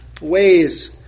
ways